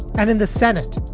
and in the senate,